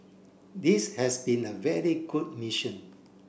this has been a very good mission